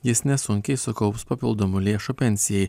jis nesunkiai sukaups papildomų lėšų pensijai